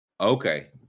Okay